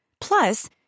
Plus